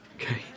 okay